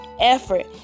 effort